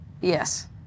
Yes